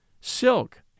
Silk